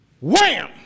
Wham